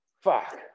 fuck